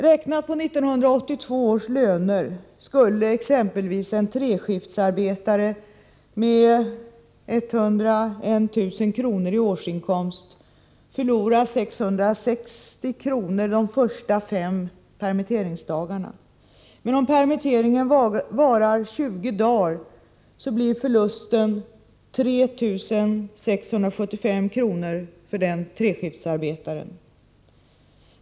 Räknat på 1982 års löner skulle exempelvis en treskiftsarbetare med 101 000 kr. i årsinkomst förlora 660 kr. de första fem dagarna. Men om permitteringen varar 20 dagar blir förlusten 3 675 kr. för samma treskiftsarbetare.